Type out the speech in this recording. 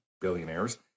billionaires